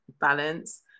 balance